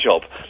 job